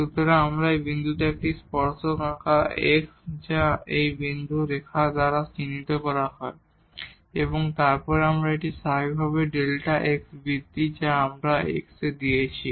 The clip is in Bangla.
সুতরাং আমরা এই বিন্দুতে একটি টানজেন্ট আঁকা x যা এই বিন্দু রেখা দ্বারা চিহ্নিত করা হয় এবং তারপর এটি স্বাভাবিকভাবেই Δ x বৃদ্ধি যা আমরা x এ দিয়েছি